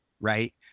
right